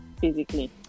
physically